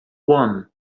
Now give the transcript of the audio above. one